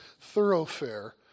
thoroughfare